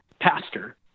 pastor